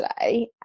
today